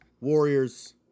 Warriors